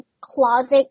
closet